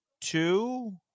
two